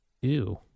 Ew